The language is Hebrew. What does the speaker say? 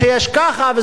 תביעו את עמדתכם.